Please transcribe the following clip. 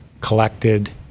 collected